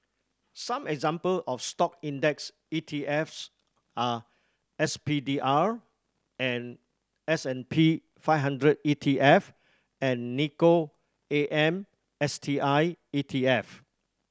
some example of Stock index E T Fs are S P D R and S and P five hundred E T F and N I K K O A M S T I E T F